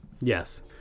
Yes